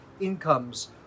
incomes